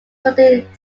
studied